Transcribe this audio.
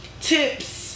Tips